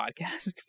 podcast